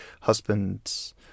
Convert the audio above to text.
husband's